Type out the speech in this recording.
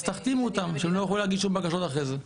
אז תחתימו אותם שהם לא יוכלו להגיש שום בקשות אחרי זה.